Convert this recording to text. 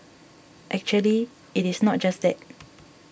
actually it is not just that